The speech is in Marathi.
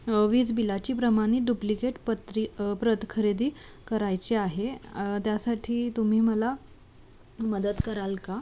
वीज बिलाची प्रमाणित डुप्लिकेट पत्रि प्रत खरेदी करायची आहे त्यासाठी तुम्ही मला मदत कराल का